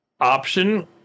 option